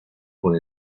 por